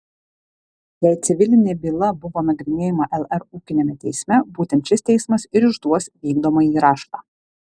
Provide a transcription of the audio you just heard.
jei civilinė byla buvo nagrinėjama lr ūkiniame teisme būtent šis teismas ir išduos vykdomąjį raštą